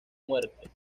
muerte